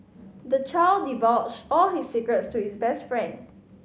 the child divulged all his secrets to his best friend